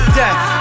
death